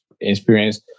experience